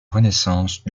renaissance